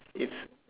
it's